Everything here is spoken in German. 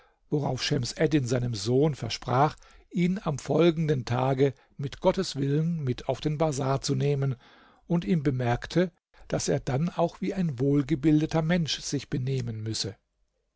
worauf schems eddin seinem sohn versprach ihn am folgenden tage mit gottes willen mit auf den bazar zu nehmen und ihm bemerkte daß er dann auch wie ein wohlgebildeter mensch sich benehmen müsse